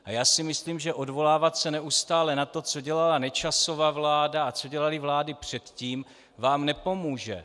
A já si myslím, že odvolávat se neustále na to, co dělala Nečasova vláda a co dělaly vlády předtím, vám nepomůže.